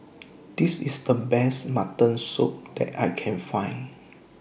This IS The Best Mutton Soup that I Can Find